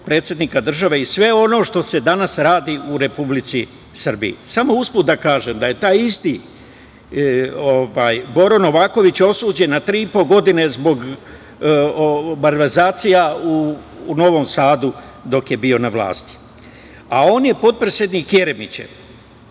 predsednika države i sve ono što se danas radi u Republici Srbiji. Samo usput da kažem da je taj isti Boro Novaković osuđen na 3,5 godina zbog malverzacija u Novom Sadu dok je bio na vlasti. A on je potpredsednik Jeremićev.